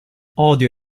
odio